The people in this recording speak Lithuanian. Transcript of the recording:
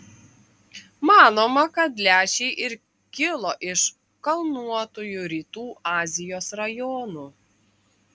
manoma kad lęšiai ir kilo iš kalnuotųjų rytų azijos rajonų